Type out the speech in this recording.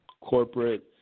corporate